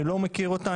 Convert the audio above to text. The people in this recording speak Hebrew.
אני לא מכיר אותה.